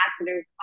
ambassadors